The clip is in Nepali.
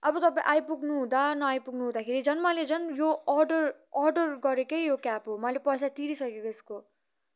अब तपाईँ आइपुग्नु हुँदा नआइपुग्नु हुँदाखेरि झन् मैले झन् यो अर्डर अर्डर गरेकै यो क्याब हो मैले पैसा तिरिसकेको यसको